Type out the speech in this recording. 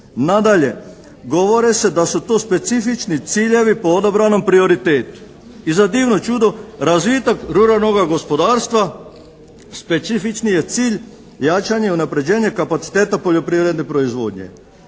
Nadalje, govori se da su to specifični ciljevi po odobrenom prioritetu i za divno čudo razvitak ruralnoga gospodarstva specifični je cilj jačanja i unapređenje kapaciteta poljoprivredne proizvodnje